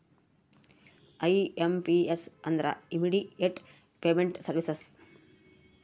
IMPS ಅಂದ್ರ immediate payment services